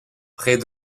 près